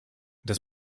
das